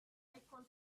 icon